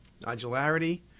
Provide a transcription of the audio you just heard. nodularity